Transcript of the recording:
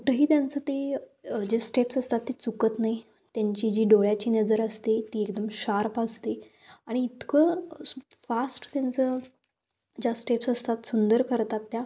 कुठंही त्यांचं ते जे स्टेप्स असतात ते चुकत नाही त्यांची जी डोळ्याची नजर असते ती एकदम शार्प असते आणि इतकं फास्ट त्यांचं ज्या स्टेप्स असतात सुंदर करतात त्या